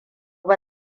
ba